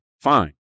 Fine